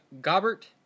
Gobert